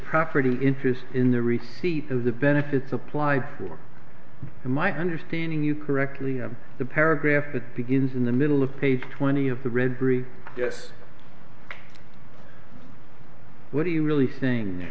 property interest in the receipt of the benefits apply for my understanding you correctly the paragraph that begins in the middle of page twenty of the read three yes what do you really saying